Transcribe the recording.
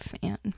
fan